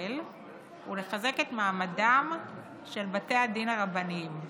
ישראל ולחזק את מעמדם של בתי הדין הרבניים.